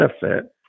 benefit